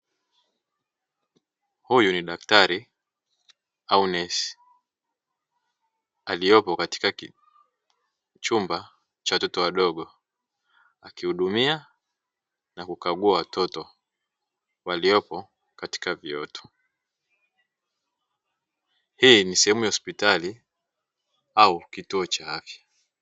Huyu ni daktari au nesi aliyepo katika chumba cha watoto wadogo, akihudumia na kukagua watoto waliopo katika viotu, hii ni sehemu ya hospitali au kituo cha afya.